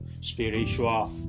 spiritual